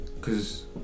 Cause